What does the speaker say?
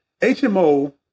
HMO